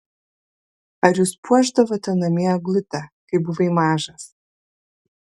ar jūs puošdavote namie eglutę kai buvai mažas